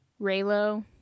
Raylo